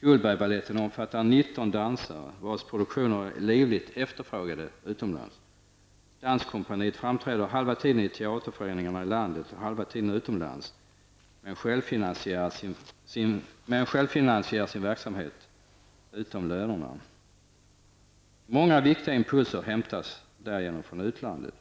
Cullbergbaletten omfattar 19 dansare och dess produktioner är livligt efterfrågade utomlands. Danskompaniet framträder halva tiden i teaterföreningar ute i landet och halva tiden utomlands. Man självfinansierar sin verksamhet, med undantag av lönerna. Många och viktiga impulser hämtas i utlandet.